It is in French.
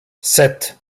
sept